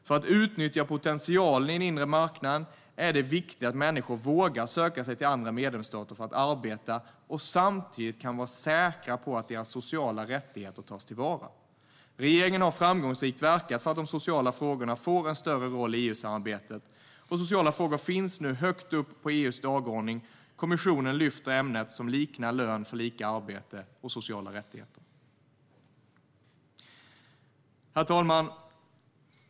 För att utnyttja potentialen i den inre marknaden är det viktigt att människor vågar söka sig till andra medlemsstater för att arbeta och samtidigt vara säkra på att deras sociala rättigheter tas till vara. Regeringen har framgångsrikt verkat för att de sociala frågorna ska få en större roll i EU-samarbetet. Sociala frågor finns nu högt upp på EU:s dagordning, och kommissionen lyfter ämnen som lika lön för lika arbete och sociala rättigheter. Herr talman!